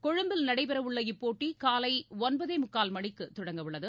கொழும்பில் நடைபெறவுள்ள இப்போட்டி காலை ஒன்பதே முக்கால் மணிக்கு தொடங்கவுள்ளது